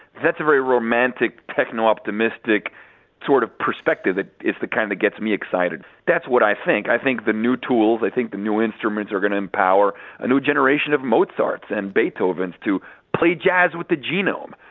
that's a very romantic techno-optimistic sort of perspective, it's the kind that gets me excited. that's what i think. i think the new tools, i think the new instruments are going to empower a new generation of mozarts and beethovens to play jazz with the genome.